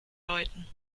läuten